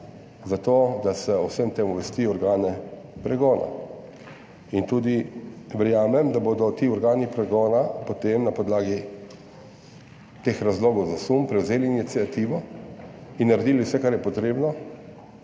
za to, da se o vsem tem obvesti organe pregona. Verjamem tudi, da bodo ti organi pregona potem na podlagi teh razlogov za sum prevzeli iniciativo in naredili vse, kar je potrebno,